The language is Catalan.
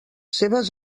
seves